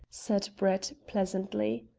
said brett, pleasantly.